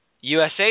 USA